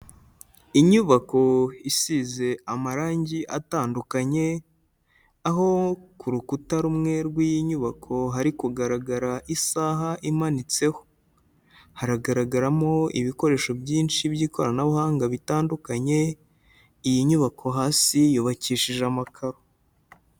Inyubako isize amarange atandukanye, aho ku rukuta rumwe rw'iyi nyubako hari kugaragara isaha imanitseho, haragaragaramo ibikoresho byinshi by'ikoranabuhanga bitandukanye, iyi nyubako hasi yubakishije amakaro.